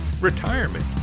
retirement